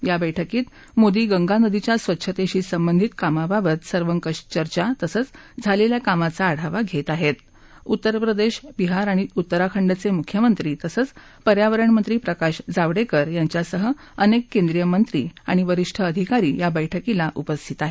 या बैठकीत मोदी गंगा नदीच्या स्वच्छेतीशी संबंधित कामाबाबत सर्वंकष चर्चा तसंच झालेल्या कामाचा आढावा घेत आहेत उत्तरप्रदेश बिहार आणि उत्तराखंडचे मुख्यमंत्री तसंच पर्यावरणमंत्री प्रकाश जावडेकर यांच्यासह अनेक केंद्रीय मंत्री आणि वरिष्ठ अधिकारी या बैठकीला उपस्थित आहेत